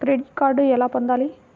Credit card ఎలా పొందాలి?